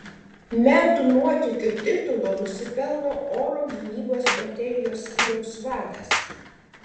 metų nuotykio titulo nusipelno oro gynybos baterijos skyriaus vadas